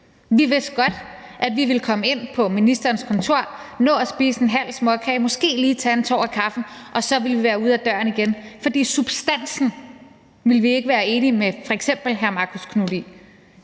Vi vidste godt, at vi ville komme ind på ministerens kontor, nå at spise en halv småkage og måske også lige tage en tår af kaffen, og så ville vi være ude af døren igen, fordi vi ikke ville være enige med f.eks. hr. Marcus Knuth